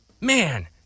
Man